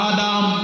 Adam